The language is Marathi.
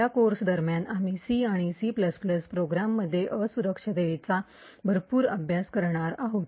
या कोर्स दरम्यान आम्ही C आणि C प्रोग्राम्समध्ये असुरक्षिततेचा भरपूर अभ्यास करणार आहोत